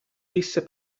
disse